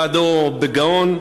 בעדו בגאון: